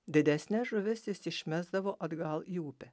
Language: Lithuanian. didesnes žuvis išmesdavo atgal į upę